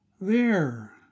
There